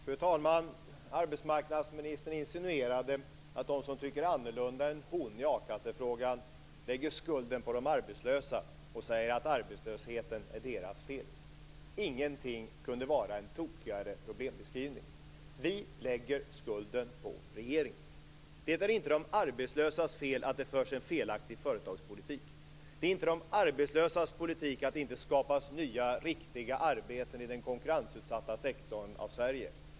Fru talman! Arbetsmarknadsministern insinuerade att de som tycker annorlunda än hon i a-kassefrågan lägger skulden på de arbetslösa och säger att arbetslösheten är deras fel. Ingenting kunde vara en tokigare problembeskrivning. Vi lägger skulden på regeringen. Det är inte de arbetslösas fel att det förs en felaktig företagspolitik. Det är inte de arbetslösas fel att det inte skapas nya riktiga arbeten i den konkurrensutsatta sektorn av Sverige.